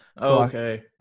okay